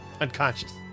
Unconscious